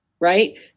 right